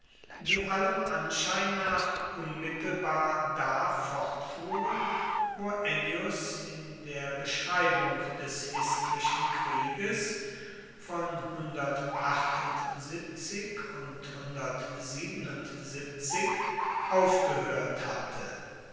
die allem anschein nach unmittelbar da fortfuhren wo ennius in der beschreibung des histrischen krieges von und aufgehört hatte